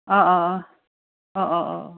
অ' অ' অ' অ' অ'